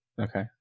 okay